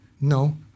No